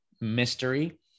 mystery